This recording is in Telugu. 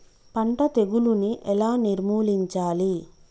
పంట తెగులుని ఎలా నిర్మూలించాలి?